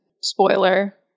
Spoiler